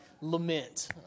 lament